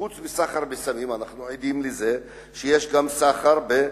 חוץ מסחר בסמים אנחנו עדים גם לסחר בנשק.